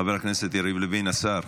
חבר הכנסת יריב לוין, בבקשה.